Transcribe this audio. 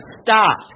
stop